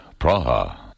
Praha